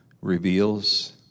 reveals